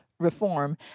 reform